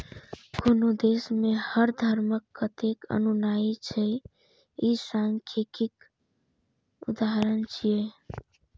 कोनो देश मे हर धर्मक कतेक अनुयायी छै, ई सांख्यिकीक उदाहरण छियै